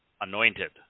anointed